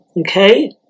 Okay